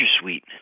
suite